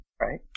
Right